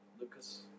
Lucas